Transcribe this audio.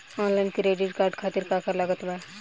Online credit card खातिर का का लागत बा?